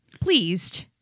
pleased